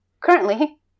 currently